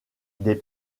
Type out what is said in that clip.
des